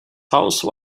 house